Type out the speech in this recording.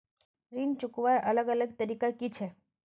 ऋण चुकवार अलग अलग तरीका कि छे?